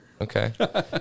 Okay